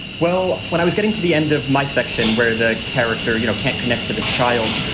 well, when i was getting to the end of my section where the character, you know, can't connect to this child,